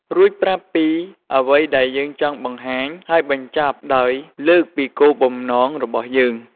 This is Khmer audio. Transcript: រួចប្រាប់ពីអ្វីដែលយើងចង់បង្ហាញ ហើយបញ្ចប់ដោយលើកពីគោលបំណងរបស់យើង។